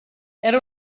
era